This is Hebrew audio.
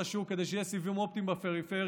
השוק כדי שיהיו סיבים אופטיים בפריפריה,